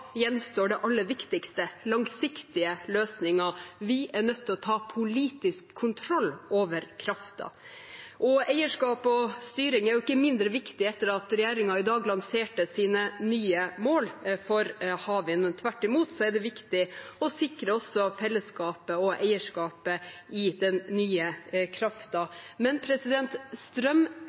gjenstår det aller viktigste: langsiktige løsninger. Vi er nødt til å ta politisk kontroll over kraften og eierskap og styring er jo ikke mindre viktig etter at regjeringen i dag lanserte sine nye mål for havvind. Tvert imot er det viktig å sikre også fellesskapet og eierskapet med hensyn til den nye kraften. Men